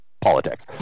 politics